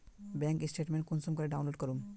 Bank statement कुंसम करे download करूम?